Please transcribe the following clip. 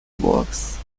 books